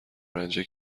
رنجه